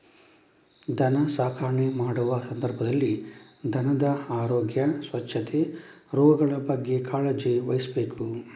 ದನ ಸಾಕಣೆ ಮಾಡುವ ಸಂದರ್ಭದಲ್ಲಿ ದನದ ಆರೋಗ್ಯ, ಸ್ವಚ್ಛತೆ, ರೋಗಗಳ ಬಗ್ಗೆ ಕಾಳಜಿ ವಹಿಸ್ಬೇಕು